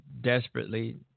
desperately